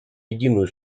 единую